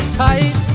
tight